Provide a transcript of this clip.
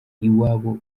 iwabo